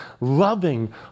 loving